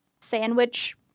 sandwich